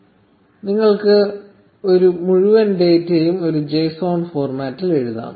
1235 നിങ്ങൾക്ക് ഒരു മുഴുവൻ ഡാറ്റയും ഒരു JSON ഫോർമാറ്റിൽ എഴുതാം